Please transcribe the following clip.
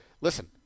listen